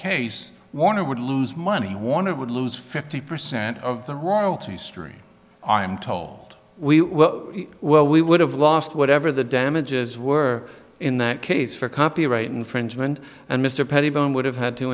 case warner would lose money he wanted would lose fifty percent of the royalties stream i'm told we well we would have lost whatever the damages were in that case for copyright infringement and mr pett even would have had to